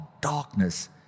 darkness